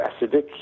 acidic